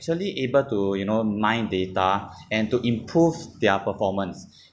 actually able to you know mine data and to improve their performance